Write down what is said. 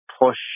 push